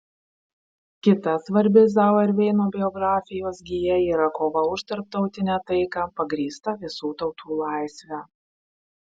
kita svarbi zauerveino biografijos gija yra kova už tarptautinę taiką pagrįstą visų tautų laisve